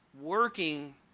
working